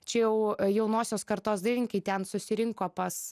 čia jau jaunosios kartos dailininkai ten susirinko pas